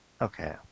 Okay